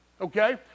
Okay